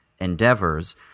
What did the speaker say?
endeavors